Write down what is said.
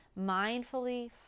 mindfully